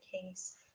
case